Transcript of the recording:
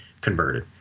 converted